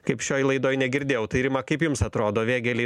kaip šioj laidoj negirdėjau tai rima kaip jums atrodo vėgėlei